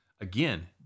again